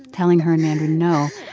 telling her in mandarin, no,